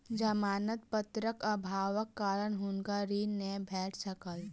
जमानत पत्रक अभावक कारण हुनका ऋण नै भेट सकल